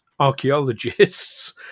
archaeologists